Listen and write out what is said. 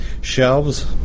shelves